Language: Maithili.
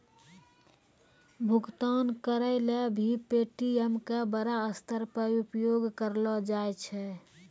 भुगतान करय ल भी पे.टी.एम का बड़ा स्तर पर उपयोग करलो जाय छै